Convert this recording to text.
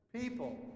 People